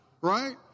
right